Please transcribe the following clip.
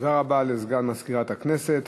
תודה רבה לסגן מזכירת הכנסת.